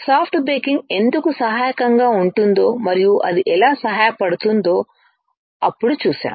soft baking ఎందుకు సహాయకరంగా ఉంటుందో మరియు అది ఎలా సహాయపడుతుందో అప్పుడు చూసాము